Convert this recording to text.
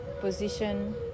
position